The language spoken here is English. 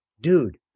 dude